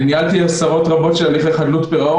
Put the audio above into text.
(3)השר נוכח לדעת כי נבצר מאותו חבר למלא את תפקידו דרך